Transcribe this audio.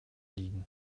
liegen